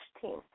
team